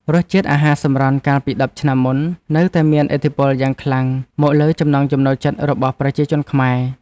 រសជាតិអាហារសម្រន់កាលពីដប់ឆ្នាំមុននៅតែមានឥទ្ធិពលយ៉ាងខ្លាំងមកលើចំណង់ចំណូលចិត្តរបស់ប្រជាជនខ្មែរ។